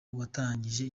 watangije